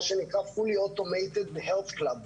שנקרא fully automated health club,